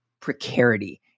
precarity